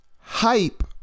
hype